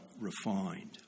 refined